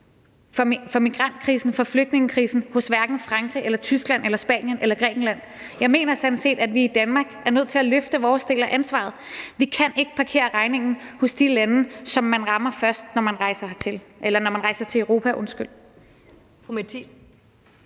for migrantkrisen, for flygtningekrisen hos hverken Frankrig, Tyskland, Spanien eller Grækenland, for jeg mener sådan set, at vi i Danmark er nødt til at løfte vores del af ansvaret. Vi kan ikke parkere regningen hos de lande, som man rammer først, når man rejser til Europa.